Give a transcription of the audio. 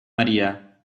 maría